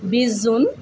বিশ জুন